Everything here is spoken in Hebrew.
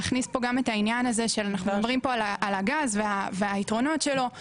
אנחנו מדברים גם על הגז והיתרונות שלו,